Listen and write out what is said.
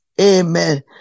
Amen